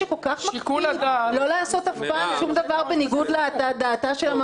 מקפיד לא לעשות דבר בניגוד לדעת הממלכה?